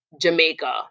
Jamaica